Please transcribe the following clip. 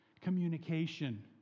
communication